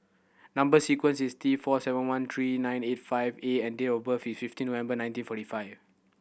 number sequence is T four seven one three nine eight five A and date of birth is fifteen November nineteen forty five